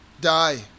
die